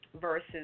versus